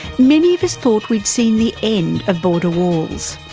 many of us thought we'd seen the end of border walls.